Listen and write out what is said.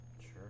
Sure